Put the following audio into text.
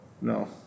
No